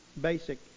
basic